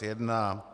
1.